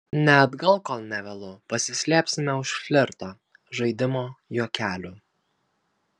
ne atgal kol nė vėlu pasislėpsime už flirto žaidimo juokelių